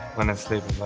when i sleep,